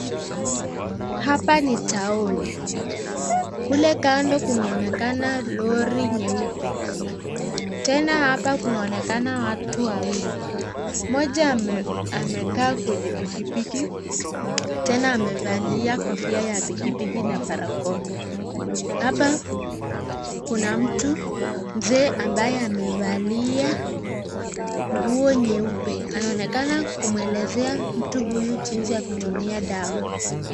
Hapa ni town . Kule kando kunaonekana lori nyeupe. Tena hapa kunaonekana watu wawili. Moja amekaa kwenye pikipiki, tena amevalia kofia ya pikipiki na barakoa. Hapa kuna mtu mzee ambaye amevalia nguo nyeupe. Anaonekana kumwelezea mtu huyu jinsi ya kutumia dawa.